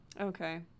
okay